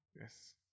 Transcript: Yes